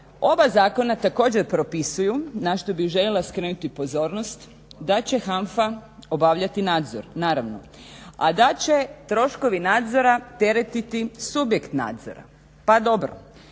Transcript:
Oba zakona također propisuju na što bih željela skrenuti pozornost da će HANFA obavljati nadzor naravno, a da će troškovi nadzora teretiti subjekt nadzora. Pa dobro,